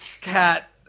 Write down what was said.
cat